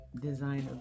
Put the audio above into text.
designer